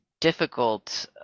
difficult